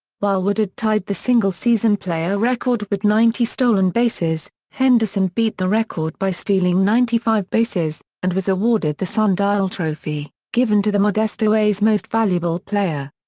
while woodard tied the single-season player record with ninety stolen bases, henderson beat the record by stealing ninety five bases, and was awarded the sundial trophy, given to the modesto a's most valuable player.